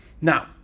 now